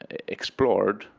ah explored,